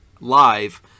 live